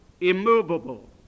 immovable